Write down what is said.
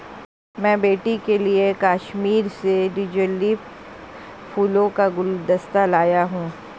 मैं बेटी के लिए कश्मीर से ट्यूलिप फूलों का गुलदस्ता लाया हुं